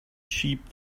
sheep